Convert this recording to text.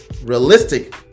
realistic